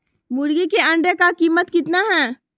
मुर्गी के अंडे का कीमत कितना है?